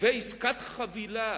ועסקת חבילה